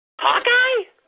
Hawkeye